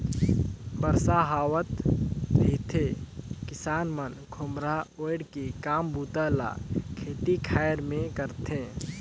बरसा हावत रिथे त किसान मन खोम्हरा ओएढ़ के काम बूता ल खेती खाएर मे करथे